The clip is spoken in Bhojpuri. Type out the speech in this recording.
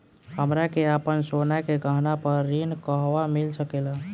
हमरा के आपन सोना के गहना पर ऋण कहवा मिल सकेला?